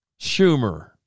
Schumer